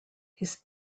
his